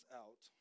out